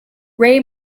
ray